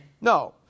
no